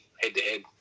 head-to-head